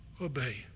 obey